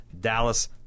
Dallas